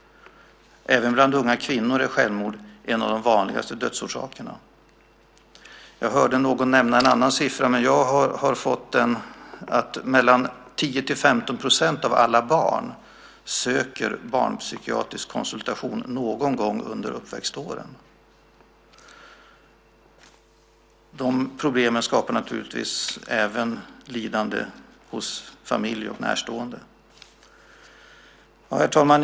Även bland unga kvinnor är självmord en av de vanligaste dödsorsakerna. Jag hörde någon nämna en annan siffra, men den jag har fått är att 10-15 % av alla barn söker barnpsykiatrisk konsultation någon gång under uppväxtåren. Dessa problem skapar naturligtvis lidande även hos familj och närstående. Herr talman!